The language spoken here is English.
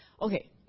Okay